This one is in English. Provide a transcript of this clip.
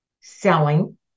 selling